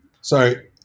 sorry